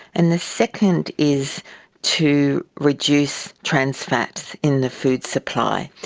and the second is to reduce trans fats in the food supply,